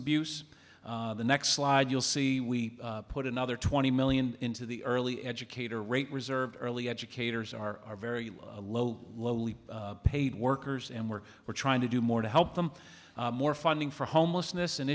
abuse the next slide you'll see we put another twenty million into the early educator rate reserve early educators are very low lowly paid workers and we're we're trying to do more to help them more funding for homelessness an